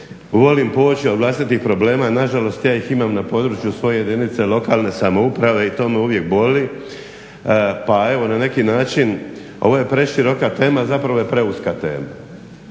volim poći od vlastitih problema. Na žalost ja ih imam na području svoje jedinice lokalne samouprave i to me uvijek boli, pa evo na neki način ovo je preširoka tema, a zapravo je preuska tema